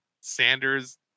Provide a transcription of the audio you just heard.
Sanders